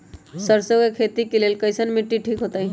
सरसों के खेती के लेल कईसन मिट्टी ठीक हो ताई?